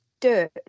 dirt